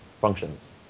functions